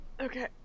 Okay